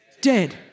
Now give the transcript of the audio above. dead